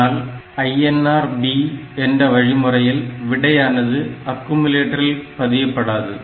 ஆனால் INR B என்ற வழிமுறையில் விடையானது அக்கும்லேட்டரில் பதியப்படாது